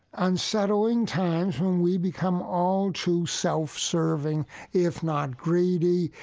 unsettling times when we become all too self-serving if not greedy,